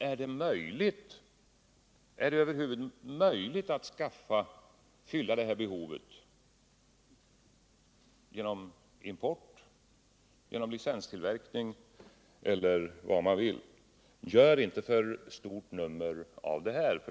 Är det över huvud taget möjligt att fylla detta behov genom import, licenstillverkning etc.? Gör inte för stort nummer av det.